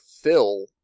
fill